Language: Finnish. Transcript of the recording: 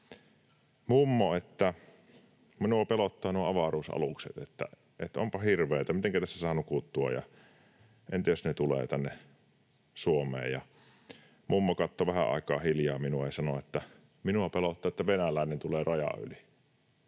mummo, minua pelottaa nuo avaruusalukset, että onpa hirveää, mitenkä tässä saa nukuttua, ja entä jos ne tulevat tänne Suomeen. Mummo katsoi vähän aikaa hiljaa minua ja sanoi, että minua pelottaa, että venäläinen tulee rajan yli.